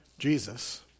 Jesus